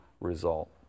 result